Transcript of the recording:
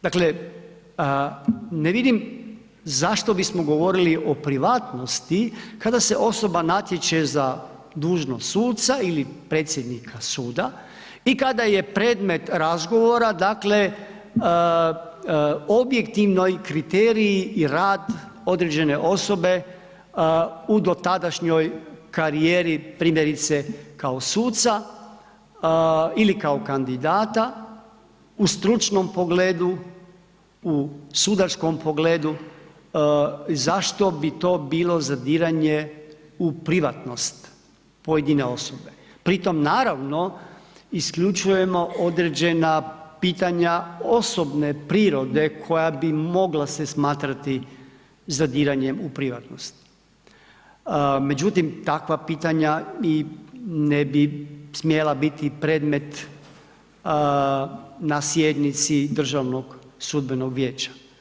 Dakle ne vidim zašto bismo govorili o privatnosti kada se osoba natječe za dužnost suca ili predsjednika suda i kada je predmet razgovora dakle objektivni kriteriji i rad određene osobe u dotadašnjoj karijeri primjerice kao suca ili kao kandidata u stručnom pogledu, u sudačkom pogledu zašto bi to bilo zadiranje u privatnost pojedine osobe pritom naravno isključujemo određena pitanja osobne prirode koja bi mogla se smatrati zadiranjem u privatnost međutim takva pitanja i ne bi smjela biti predmet na sjednici Državnog sudbenog vijeća.